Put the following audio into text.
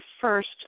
first